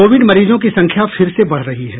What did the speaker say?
Covid मरीजों की संख्या फिर से बढ़ रही है